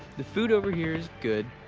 the food over here is good,